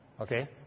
Okay